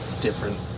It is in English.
different